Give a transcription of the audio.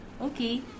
okay